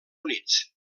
units